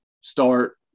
start